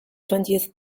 twentieth